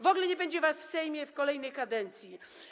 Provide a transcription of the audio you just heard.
W ogóle nie będzie was w Sejmie w kolejnej kadencji.